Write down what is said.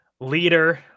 leader